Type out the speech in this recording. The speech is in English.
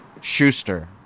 Schuster